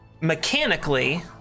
mechanically